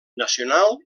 nacional